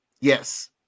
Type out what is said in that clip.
Yes